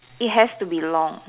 it has to be long